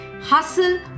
Hustle